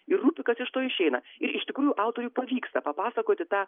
ir rūpi kas iš to išeina ir iš tikrųjų autoriui pavyksta papasakoti tą